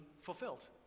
fulfilled